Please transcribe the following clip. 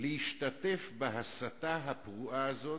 להשתתף בהסתה הפרועה הזאת,